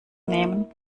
nehmen